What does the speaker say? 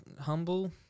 Humble